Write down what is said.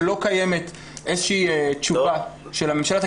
שלא קיימת איזושהי תשובה של הממשלה,